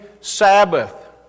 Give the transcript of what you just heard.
Sabbath